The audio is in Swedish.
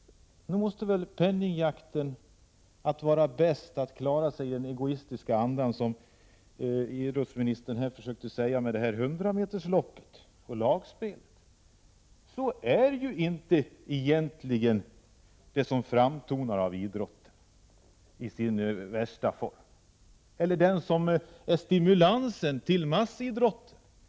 Nog måste väl penningjakten, jakten att vara bäst och att klara sig, vara uttryck för den egoistiska andan. Det som idrottsministern försökte säga med sitt exempel om hundrametersloppet och om lagspel avspeglar inte det som egentligen framtonar hos idrotten i dess värsta form, den som är stimulansen till massidrotten.